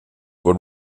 were